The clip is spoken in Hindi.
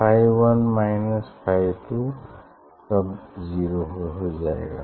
फाई 1 माइनस फाई 2 तब जीरो हो जाएगा